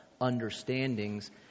understandings